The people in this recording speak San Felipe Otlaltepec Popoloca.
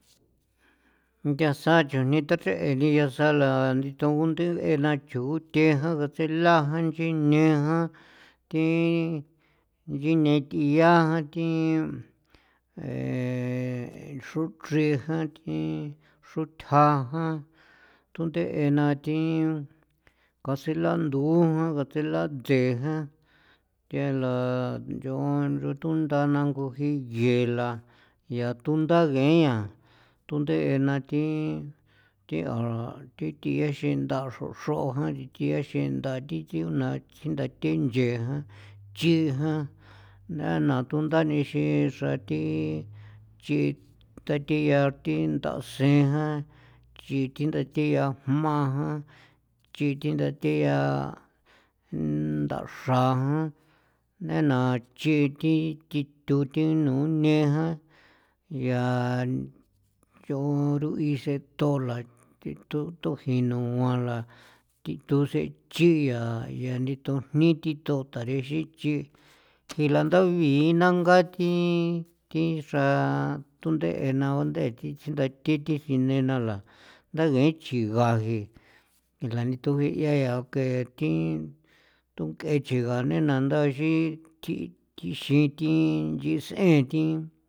Nthasa chujni ta tsee ni yaasala ni tagunde'e na chu thejan gantseela jan, inchi neajan thi nchinethia jan thi xrochrin jan thi xrothja jan, tunde'e na thi gaselandu jan, gatsela tsee jan, thela nchon nchon tunda na nguji genla yaa tunda geña tunde'e na thi thiara thi thiexin nda xro xro jan ixin thiaxin nda thi thjiona thi nda thi nchee jan chii jan nei na tundanixi xra thi chi ta yaa thi nda seen jan chi thi thjiaa jma jan chi thindathe yaa nda xraa jan nei na chi thi thon thi nune jan, yaa nch'o ruixen thoola thi totojinu guanla thi thu see chiyaa yaa thi tu jni ni to tarexichi jii landa bigi'i na ngaa thi thi xra tunde'e nathi ndee xi ntha thi thi sine nala nda ngee chji ngaa ngee enlanitojia jea yaa thi tunk'e chia ngee nei na nandaxi thjii thi xi nchis'en thi.